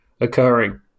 occurring